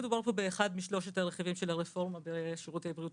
מדובר פה באחד משלושת הרכיבים של הרפורמה בשירותי בריאות